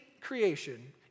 creation